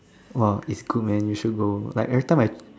!wah! it's cool man you should go like everytime I